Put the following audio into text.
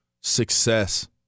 success